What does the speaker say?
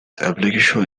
application